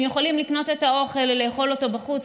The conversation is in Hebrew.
הם יכולים לקנות את האוכל ולאכול אותו בחוץ,